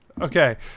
Okay